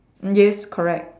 yes correct